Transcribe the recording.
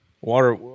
Water